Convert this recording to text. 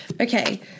Okay